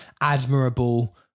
admirable